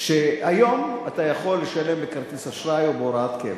שהיום אתה יכול לשלם בכרטיס אשראי או בהוראת קבע.